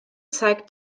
zeigt